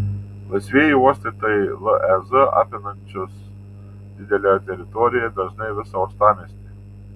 laisvieji uostai tai lez apimančios didelę teritoriją dažnai visą uostamiestį